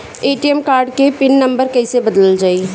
ATM card के pin number कईसे बदलल जाई?